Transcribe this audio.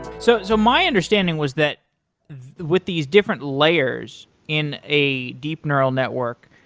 so so my understanding was that with these different layers in a deep neural network,